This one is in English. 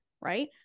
right